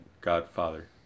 godfather